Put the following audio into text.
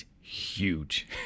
huge